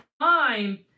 time